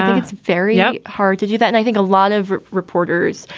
it's very ah hard to do that. and i think a lot of reporters,